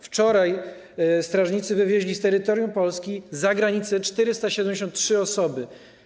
Wczoraj strażnicy wywieźli z terytorium Polski za granicę 473 osoby.